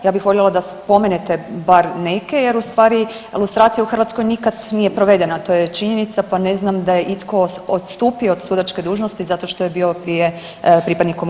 Ja bih voljela da spomenute bar neke jer ustvari lustracija u Hrvatskoj nikad nije provedena, to je činjenica, pa ne znam da je itko odstupio od sudačke dužnosti zato što je bio prije pripadnik KPJ-u.